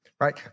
right